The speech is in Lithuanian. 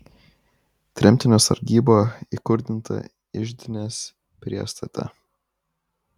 tremtinio sargyba įkurdinta iždinės priestate